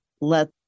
let